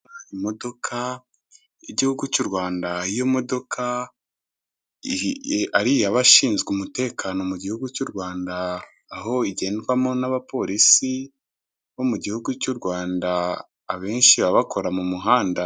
Imodoka y'igihugu cy'u Rwanda, iyo modoka ari iy'abashinzwe umutekano mu gihugu cy'u Rwanda aho igendwamo n'abapolisi bo mu gihugu cy'u Rwanda abenshi baba bakora mu muhanda.